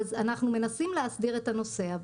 אנחנו מנסים להסדיר את הנושא.